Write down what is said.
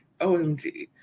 OMG